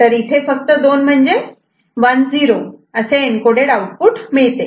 तर इथे फक्त दोन म्हणजे 10 असे एन्कोडेड आउटपुट मिळते